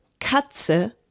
Katze